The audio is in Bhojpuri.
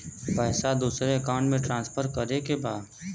पैसा दूसरे अकाउंट में ट्रांसफर करें के बा?